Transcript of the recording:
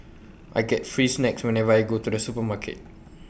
I get free snacks whenever I go to the supermarket